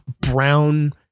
brown